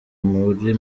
muri